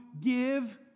give